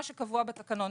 מה שקבוע בתקנון.